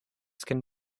can